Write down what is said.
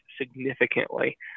significantly